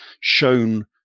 shown